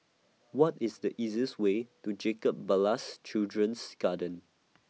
What IS The easiest Way to Jacob Ballas Children's Garden